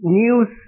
news